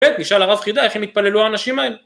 נשאל הרב חידה איך הם התפללו האנשים האלה